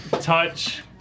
touch